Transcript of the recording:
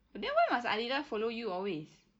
but then why must adela follow you always